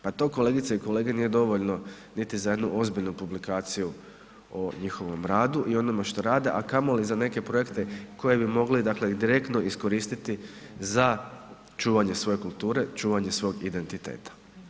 Pa to kolegice i kolege nije dovoljno niti za jednu ozbiljnu publikaciju o njihovom radu i onome što rade a kamoli za neke projekte koje bi mogli dakle direktno iskoristiti za čuvanje svoje kulture, čuvanje svog identiteta.